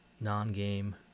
non-game